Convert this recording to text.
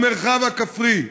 המרחב הכפרי.